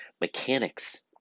mechanics